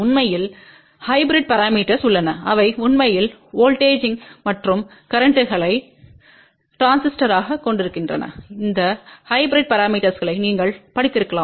உண்மையில்ஹைபிரிட் parameters உள்ளன அவை உண்மையில் வோல்ட்டேஜ்ங் மற்றும் கரேன்ட்களை டிரான்சிஸ்டர்களுக்காக கொண்டிருக்கின்றன அந்த ஹைபிரிட் பரமீட்டர்ஸ்ளை நீங்கள் படித்திருக்கலாம்